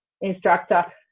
instructor